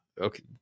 Okay